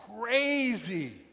crazy